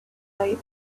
eye